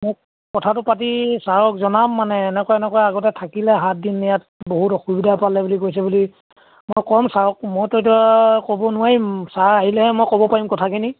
মোক কথাটো পাতি ছাৰক জনাম মানে এনেকুৱা এনেকুৱা আগতে থাকিলে সাত দিন ইয়াত বহুত অসুবিধা পালে বুলি কৈছে বুলি মই ক'ম ছাৰক মইত এতিয়া ক'ব নোৱাৰিম ছাৰ আহিলেহে মই ক'ব পাৰিম কথাখিনি